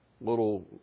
little